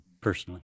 personally